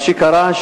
מה שקרה,